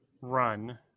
run